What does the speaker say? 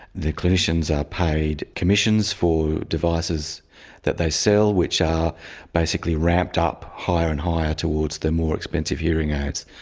the clinicians are paid commissions for devices that they sell which are basically ramped up higher and higher towards the more expensive hearing aids.